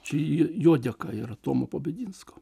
čia jo dėka yra tomo pabedinsko